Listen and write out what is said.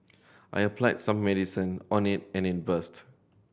I applied some medicine on it and it burst